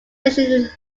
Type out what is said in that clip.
especially